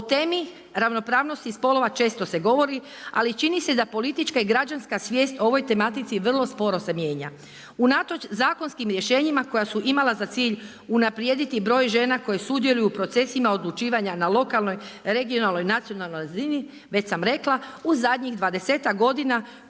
O temi ravnopravnosti spolova, često se govori, ali čini se da politička i građanska svijest o ovoj tematici vrlo sporo se mijenja, unatoč zakonskim rješenjima koja su imala za cilj unaprijediti broj žena koje sudjeluju procesima odlučivanja na lokalnoj, regionalnoj, nacionalnoj razini, već sam rekla, u zadnjih 20-tak godina,